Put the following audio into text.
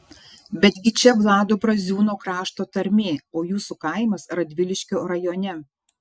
betgi čia vlado braziūno krašto tarmė o jūsų kaimas radviliškio rajone